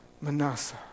Manasseh